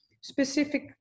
specific